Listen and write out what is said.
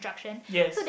yes